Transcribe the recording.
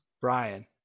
Brian